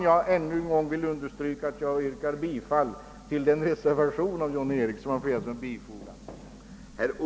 Jag vill ännu en gång understryka att jag yrkar bifall till reservationen av herr John Ericsson m.fl.